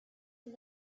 and